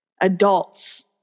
adults